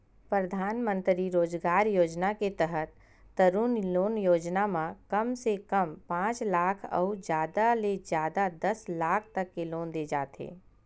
परधानमंतरी रोजगार योजना के तहत तरून लोन योजना म कम से कम पांच लाख अउ जादा ले जादा दस लाख तक के लोन दे जाथे